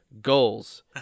Goals